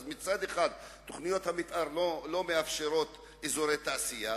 אז מצד אחד תוכניות המיתאר לא מאפשרות אזורי תעשייה,